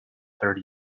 thirty